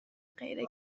غیر